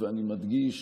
שאמרתי, אני מדגיש: